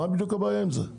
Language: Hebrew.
מהי בדיוק הבעיה עם זה?